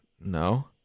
no